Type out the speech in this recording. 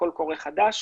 קול קורא חדש